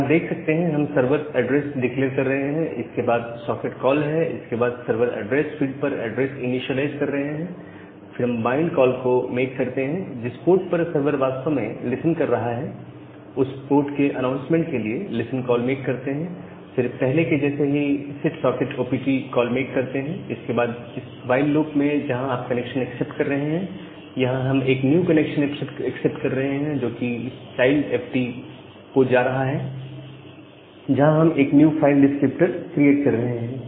आप यहां देख सकते हैं हम सर्वर ऐड्रेस डिक्लेयर कर रहे हैं इसके बाद सॉकेट कॉल है इसके बाद सर्वर ऐड्रेस फील्ड पर ऐड्रेसेस इनीशिएलाइज कर रहे हैं फिर हम बाइंड कॉल मेक करते हैं जिस पोर्ट पर सर्वर वास्तव में लिसन कर रहा है उस पोर्ट के अनाउंसमेंट के लिए लिसन कॉल मेक करते हैं फिर पहले के जैसे ही set socket O P T call make करते हैं इसके बाद इस व्हाईल लूप में जहां आप कनेक्शन एक्सेप्ट कर रहे हैं यहां हम एक न्यू कनेक्शन एक्सेप्ट कर रहे हैं जो कि इस चाइल्ड एफ डी को जा रहा है जहां हम एक न्यू फाइल डिस्क्रिप्टर क्रिएट कर रहे हैं